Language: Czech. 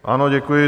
Ano, děkuji.